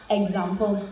example